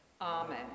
Amen